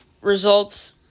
results